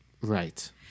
right